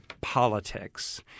politics